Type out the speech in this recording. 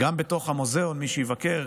מי שיבקר